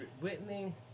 Whitney